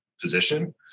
position